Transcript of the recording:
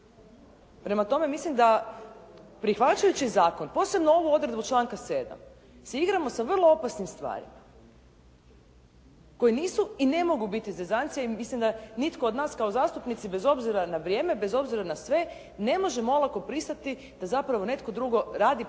Prema tome, mislim da prihvaćajući zakon, posebno ovu odredbu članka 7. se igramo sa vrlo opasnim stvarima koje nisu i ne mogu biti zezancija i mislim da nitko od nas kao zastupnici, bez obzira na vrijeme, bez obzira na sve ne možemo olako pristati da zapravo netko drugo radi posao